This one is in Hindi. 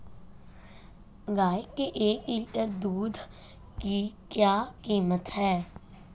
गाय के एक लीटर दूध की क्या कीमत है?